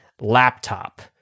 laptop